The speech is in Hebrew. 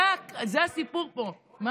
לא אלקין.